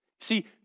See